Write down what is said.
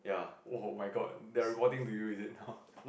!woah! my god they are reporting to you is it now